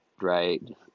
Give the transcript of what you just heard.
right